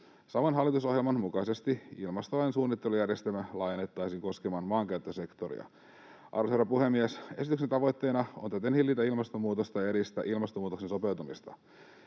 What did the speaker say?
Saman hallitusohjelman mukaisesti ilmastolain suunnittelujärjestelmää laajennettaisiin koskemaan maankäyttösektoria. Arvoisa herra puhemies! Esityksen tavoitteena on täten hillitä ilmastonmuutosta ja edistää ilmastonmuutokseen sopeutumista.